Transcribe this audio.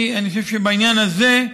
אני חושב שבעניין זה,